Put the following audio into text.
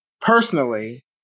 personally